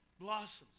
blossoms